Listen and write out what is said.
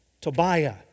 Tobiah